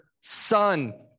son